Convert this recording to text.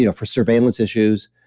you know for surveillance issues,